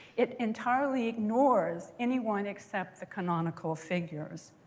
it entirely ignores anyone except the canonical figures.